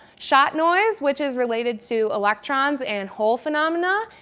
shot noise, which is related to electron and hole phenomena.